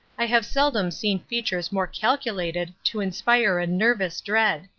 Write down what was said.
i have seldom seen features more calculated to inspire a nervous dread.